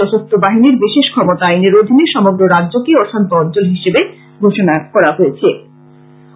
সশস্ত্র বাহিনীর বিশেষ ক্ষমতা আইনের অধীনে সমগ্র রাজ্যকে অশান্ত অঞ্চল হিসেবে ঘোষণা করা হয়েছে